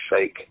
fake